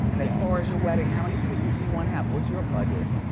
and as far as your wedding how many people do you wanna have, what's your budget?